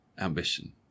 ambition